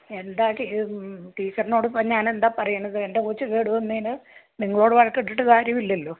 എന്താണ് ടീ ടീച്ചറിനോട് ഇപ്പോൾ ഞാൻ എന്താണ് പറയുന്നത് എൻ്റെ കൊച്ച് കേടുവന്നതിന് നിങ്ങളോട് വഴക്കിട്ടിട്ട് കാര്യമില്ലല്ലോ